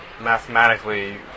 mathematically